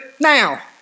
now